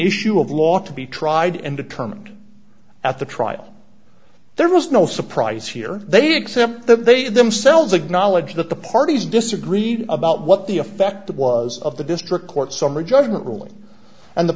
issue of law to be tried and determined at the trial there was no surprise here they'd accept that they themselves ignalina that the parties disagreed about what the effect was of the district court summary judgment ruling and the